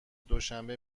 دوشنبه